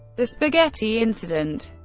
the spaghetti incident?